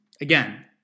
again